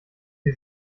die